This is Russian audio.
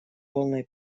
полной